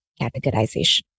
categorization